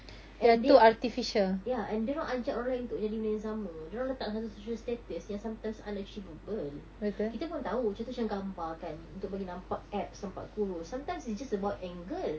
and they ya and diorang ajak orang lain untuk jadi benda yang sama diorang letak satu social status yang sometimes unachievable kita pun tahu macam contoh macam gambar kan untuk bagi nampak abs nampak kurus sometimes it's just about angle